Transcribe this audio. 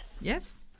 Yes